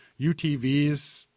UTVs